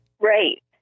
Right